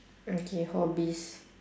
mm K hobbies